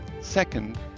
Second